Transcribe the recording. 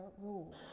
rules